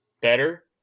better